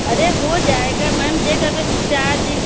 अरे हो जाएगा मैम डेट अगर चार दिन